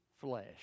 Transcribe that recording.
flesh